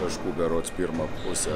taškų berods pirmą pusę